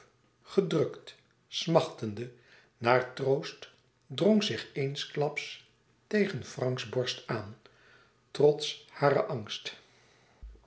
gedrukt smachtende naar troost drong zich eensklaps tegen franks borst aan trots haren angst